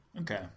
Okay